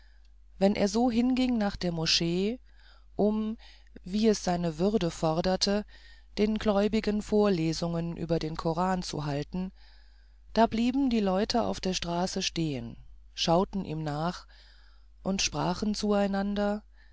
wenn er so hinging nach der moschee um wie es seine würde forderte den gläubigen vorlesungen über den koran zu halten da blieben die leute auf der straße stehen schauten ihm nach und sprachen zueinander